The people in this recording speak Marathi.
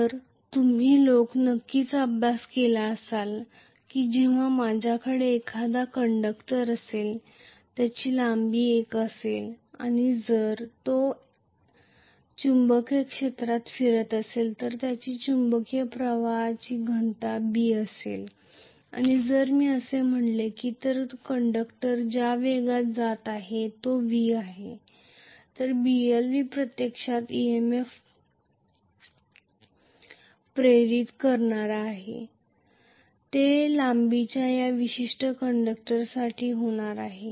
तर तुम्हा लोकांनी नक्कीच अभ्यास केला असेल की जेव्हा माझ्याकडे एखादा कंडक्टर असेल ज्याची लांबी l असेल आणि जर ते चुंबकीय क्षेत्रात फिरत असेल तर ज्याची चुंबकीय प्रवाहांची घनता B असेल आणि जर मी असे म्हटले तर कंडक्टर ज्या वेगात चालला आहे तो v आहे Blv प्रत्यक्षात EMF प्रेरित करणार आहे ते लांबीच्या या विशिष्ट कंडक्टरसाठी होणार आहे